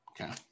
okay